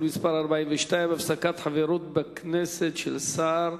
מס' 42) (הפסקת חברות בכנסת של שר)